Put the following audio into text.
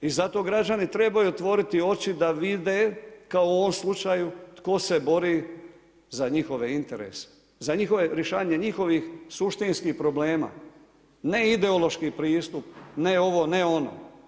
I zato građani trebaju otvoriti oči da vide, kao u ovom slučaju, tko se bori za njihove interese, za rješavanje njihovih suštinskih problema, ne ideološki pristup, ne ovo, ne ono.